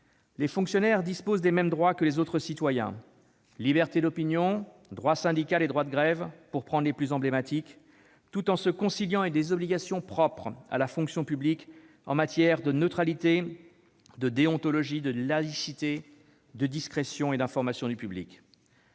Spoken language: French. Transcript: Les fonctionnaires disposent des mêmes droits que les autres citoyens- liberté d'opinion, droit syndical et droit de grève, pour prendre les plus emblématiques -, mais ces droits doivent être conciliés avec des obligations propres à la fonction publique en matière de neutralité, de déontologie, de laïcité, de discrétion et d'information du public.